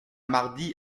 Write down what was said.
mardi